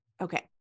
okay